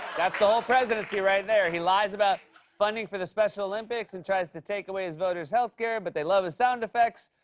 that's the whole presidency right there. he lies about funding for the special olympics and tries to take away his voters' healthcare, but they love his sound effects.